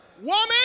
Woman